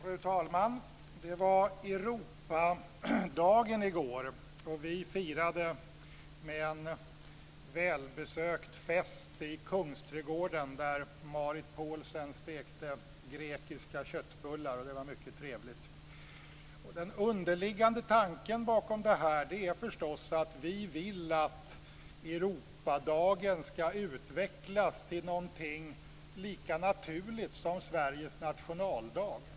Fru talman! Det var Europadagen i går. Vi firade med en välbesökt fest i Kungsträdgården där Marit Paulsen stekte grekiska köttbullar, och det var mycket trevligt. Den underliggande tanken är förstås att vi vill att Europadagen ska utvecklas till någonting lika naturligt som Sveriges nationaldag.